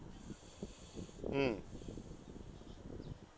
mm